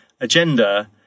agenda